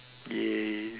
!yay!